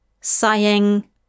sighing